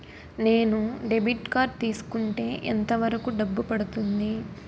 నేను debit card తీసుకుంటే ఎంత వరకు డబ్బు పడుతుంది?